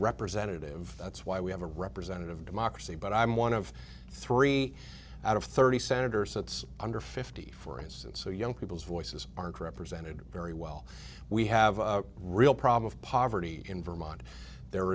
representative that's why we have a representative democracy but i'm one of three out of thirty senators that's under fifty for instance so young people's voices aren't represented very well we have a real problem of poverty in vermont there